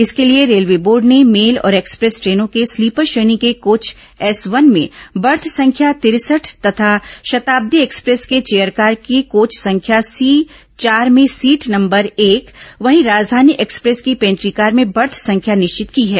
इसके लिए railway board ने मेल और एक्सप्रेस ट्रेनों के स्लीपर श्रेणी के कोच एस वन में बर्थ संख्या तिरसठ तथा शताब्दी एक्सप्रेस के चेयरकार की कोच संख्या सी चार में सीट नंबर एक वहीं राजधानी एक्सप्रेस की पेंट्रीकार में बर्थ संख्या निश्चित की है